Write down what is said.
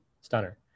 stunner